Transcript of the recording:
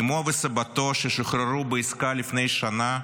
אמו וסבתו, ששוחררו בעסקה לפני שנה,